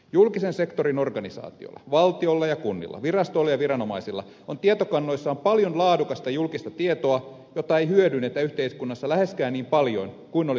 julkisen sektorin organisaatioilla valtiolla ja kunnilla virastoilla ja viranomaisilla on tietokannoissaan paljon laadukasta julkista tietoa jota ei hyödynnetä yhteiskunnassa läheskään niin paljon kuin olisi mahdollista